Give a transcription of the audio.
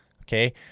okay